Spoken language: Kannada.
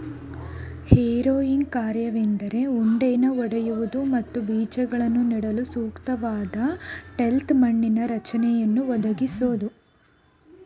ಹೆರೋಯಿಂಗ್ ಕಾರ್ಯವೆಂದರೆ ಉಂಡೆನ ಒಡೆಯುವುದು ಮತ್ತು ಬೀಜಗಳನ್ನು ನೆಡಲು ಸೂಕ್ತವಾದ ಟಿಲ್ತ್ ಮಣ್ಣಿನ ರಚನೆಯನ್ನು ಒದಗಿಸೋದು